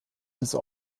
des